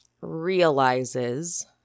realizes